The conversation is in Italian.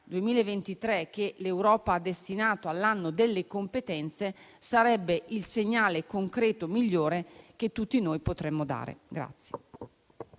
2023, che l'Europa ha destinato alle competenze, sarebbe il segnale concreto migliore che tutti noi potremmo dare.